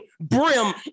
brim